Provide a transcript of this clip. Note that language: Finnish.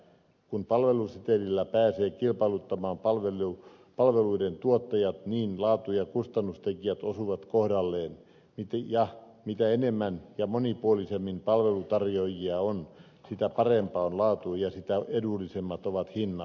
kun palvelusetelillä pääsee kilpailuttamaan palveluiden tuottajat niin laatu ja kustannustekijät osuvat kohdalleen ja mitä enemmän ja monipuolisemmin palveluntarjoajia on sitä parempaa on laatu ja sitä edullisemmat ovat hinnat